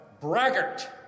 braggart